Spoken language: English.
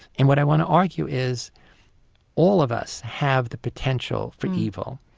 and what i want to argue is all of us have the potential for evil.